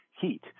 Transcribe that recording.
heat